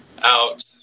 out